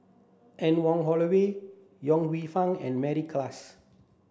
Anne Wong Holloway Yong Lew Foong and Mary Klass